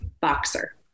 boxer